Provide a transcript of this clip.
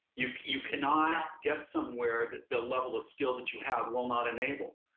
you you cannot get somewhere that the level of skill that you have will not enable.